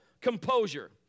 composure